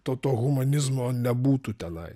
to to humanizmo nebūtų tenai